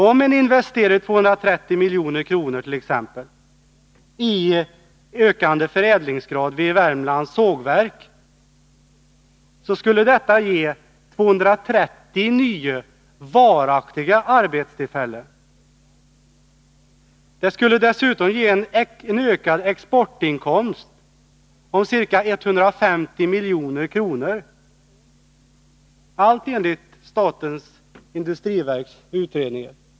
Om man investerar 230 milj.kr. i en ökad förädlingsgrad vid Värmlands sågverk, skulle detta ge 230 nya varaktiga jobb. Det skulle dessutom ge en ökad exportinkomst på ca 150 milj.kr. — allt enligt statens industriverks utredningar.